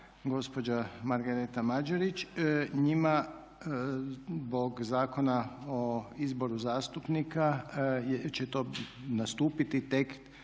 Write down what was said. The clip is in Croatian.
gospođa Margareta Mađerić njima zbog Zakona o izboru zastupnika će to nastupiti tek